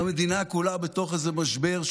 המדינה כולה בתוך איזשהו משבר,